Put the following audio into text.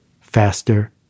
faster